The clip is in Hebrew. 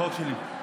החוק שלי.